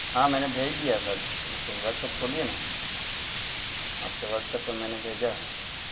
ہاں میں نے بھیج دیا سر اس کو واٹسپ کھولیے نا آپ کے واٹسپ پہ میں نے بھیجا ہے